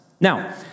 Now